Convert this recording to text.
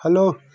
hello